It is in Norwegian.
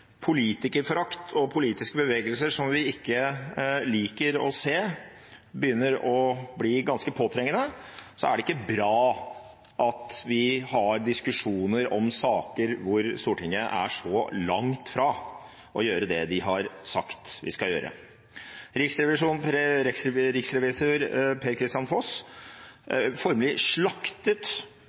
politikerforakt og politiske bevegelser som vi ikke liker å se, begynner å bli ganske påtrengende, er det ikke bra at vi har diskusjoner om saker hvor Stortinget er så langt fra å gjøre det de har sagt de skal gjøre.